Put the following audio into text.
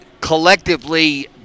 collectively